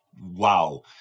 wow